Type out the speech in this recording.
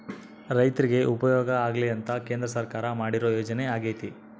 ರೈರ್ತಿಗೆ ಉಪಯೋಗ ಆಗ್ಲಿ ಅಂತ ಕೇಂದ್ರ ಸರ್ಕಾರ ಮಾಡಿರೊ ಯೋಜನೆ ಅಗ್ಯತೆ